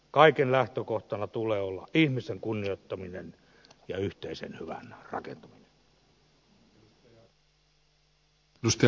kaiken lähtökohtana tulee olla ihmisen kunnioittaminen ja yhteisen hyvän rakentaminen